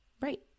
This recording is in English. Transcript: right